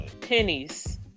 pennies